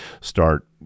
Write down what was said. start